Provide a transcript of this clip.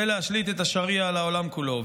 ולהשליט את השריעה על העולם כולו.